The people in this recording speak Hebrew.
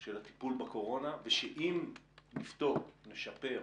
של הטיפול בקורונה ושאם נפתור, נשפר,